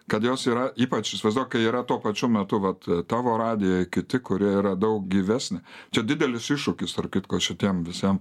kad jos yra ypač įsivaizduok kai yra tuo pačiu metu vat tavo radijoj kiti kurie yra daug gyvesni čia didelis iššūkis tarp kitko čia tiem visiem